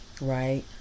right